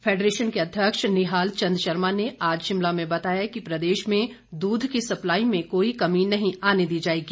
federation के अध्यक्ष निहाल चंद शर्मा ने आज शिमला में बताया कि प्रदेश में दूध की सप्लाई में कोई कमी नहीं आने दी जाएगी